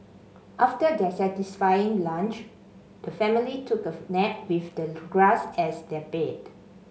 after their satisfying lunch the family took of nap with the grass as their bed